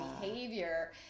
behavior